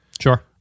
Sure